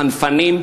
חנפנים,